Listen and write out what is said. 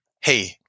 Hey